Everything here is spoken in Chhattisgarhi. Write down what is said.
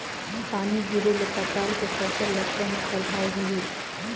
पानी गिरे ले पताल के फसल ल कौन प्रभाव होही?